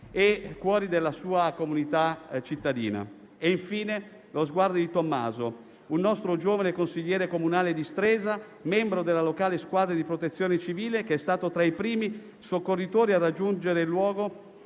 e cuori della sua comunità cittadina e infine lo sguardo di Tommaso, un nostro giovane consigliere comunale di Stresa, membro della locale squadra di protezione civile, che è stato tra i primi soccorritori a raggiungere il luogo